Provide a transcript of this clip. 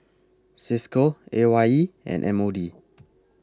CISCO A Y E and M O D